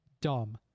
dumb